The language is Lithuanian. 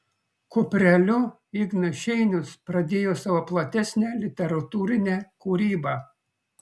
kupreliu ignas šeinius pradėjo savo platesnę literatūrinę kūrybą